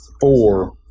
four